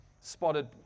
spotted